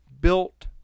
built